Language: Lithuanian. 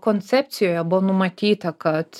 koncepcijoje buvo numatyta kad